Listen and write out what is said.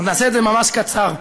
נעשה את זה ממש קצר.